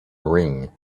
ring